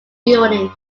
building